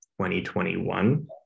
2021